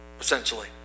essentially